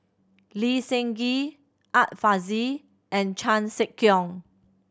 Lee Seng Gee Art Fazil and Chan Sek Keong